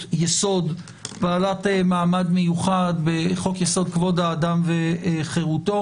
יסוד בעלת מעמד מיוחד בחוק-יסוד: כבוד האדם וחירותו.